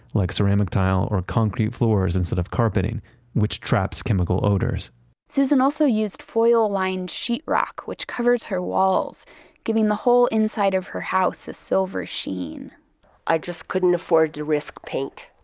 like ceramic tile or concrete floors instead of carpeting which traps chemical odors susan also used foil-lined sheetrock which covers her walls giving the whole inside of her house a silver sheen i just couldn't afford to risk paint.